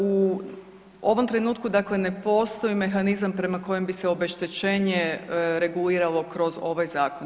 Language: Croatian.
U ovom trenutku dakle ne postoji mehanizam prema kojem bi se obeštećenje reguliralo kroz ovaj zakon.